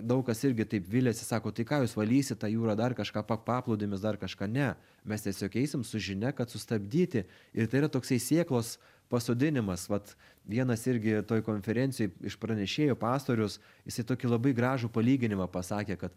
daug kas irgi taip viliasi sako tai ką jūs valysit tą jūrą dar kažką pa paplūdimius dar kažką ne mes tiesiog keisim su žinia kad sustabdyti ir tai yra toksai sėklos pasodinimas vat vienas irgi toj konferencijoj iš pranešėjo pastorius jisai tokį labai gražų palyginimą pasakė kad